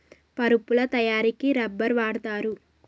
పరుపుల తయారికి రబ్బర్ వాడుతారు